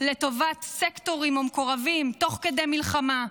לטובת סקטורים ומקורבים תוך כדי מלחמה.